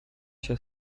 się